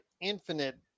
infinite